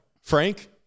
frank